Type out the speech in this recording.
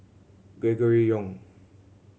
Gregory Yong